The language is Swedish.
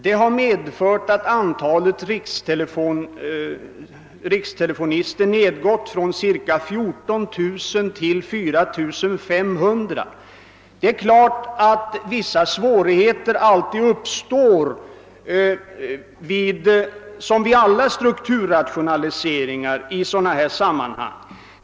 Det har medfört att antalet rikstelefonister nedgått från cirka 14 000 till 4 500. Det är klart att vissa svårigheter alltid uppstår i sådana här sammanhang liksom vid alla andra strukturrationaliseringar.